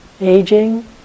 aging